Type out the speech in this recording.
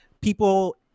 people